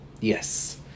yes